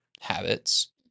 habits